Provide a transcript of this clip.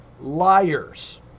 liars